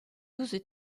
douze